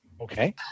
Okay